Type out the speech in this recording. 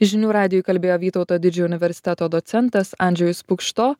žinių radijui kalbėjo vytauto didžiojo universiteto docentas andžejus pukšto